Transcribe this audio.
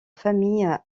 famille